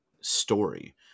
story